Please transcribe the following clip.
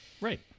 Right